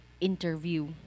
interview